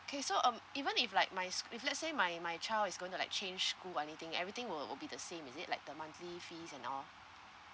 K so um even if like my let's say my my child is going to like change school or anything everything will will be the same is it like the monthly fees and all